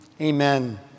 Amen